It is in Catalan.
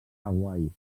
hawaii